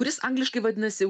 kuris angliškai vadinasi